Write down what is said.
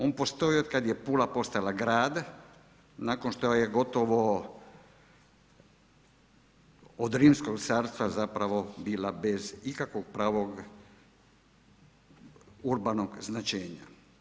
On postoji otkad je Pula postala grad, nakon što je gotovo od Rimskog carstva zapravo bila bez ikakvog pravog urbanog značenja.